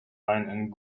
and